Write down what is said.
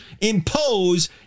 impose